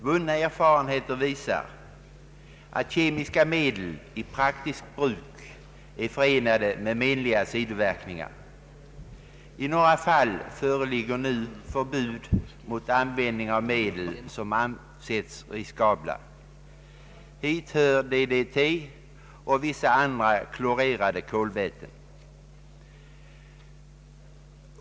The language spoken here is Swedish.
Vunna erfarenheter visar att kemiska medel i praktiskt bruk är förenade med menliga sidoverkningar. I några fall föreligger nu förbud mot användning av medel som ansetts riskabla. Hit hör DDT och vissa andra klorerade kolväten.